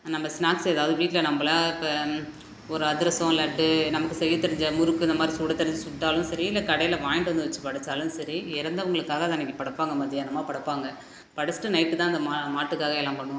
நம்ப ஸ்நாக்ஸ் ஏதாவது வீட்டில் நம்பளாக இப்போ ஒரு அதிரசம் லட்டு நமக்கு செய்ய தெரிஞ்ச முறுக்கு இதை மாதிரி சுட தெரிஞ்சு சுட்டாலும் சரி இல்லை கடையில் வாங்கிட்டு வந்து வச்சு படைத்தாலும் சரி இறந்தவங்களுக்காக அதை அன்றைக்கி படைப்பாங்க மத்தியானமா படைப்பாங்க படைச்சிட்டு நைட்டு தான் அந்த மா மாட்டுக்காக எல்லாம் பண்ணுவாங்க